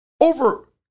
over